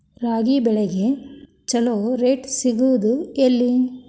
ರಾಗಿ ಬೆಳೆಗೆ ಛಲೋ ರೇಟ್ ಸಿಗುದ ಎಲ್ಲಿ?